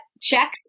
checks